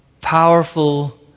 powerful